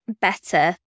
better